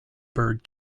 bird